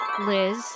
Liz